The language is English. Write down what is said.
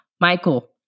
Michael